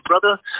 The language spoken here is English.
brother